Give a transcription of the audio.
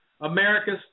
America's